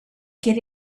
get